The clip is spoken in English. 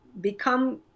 become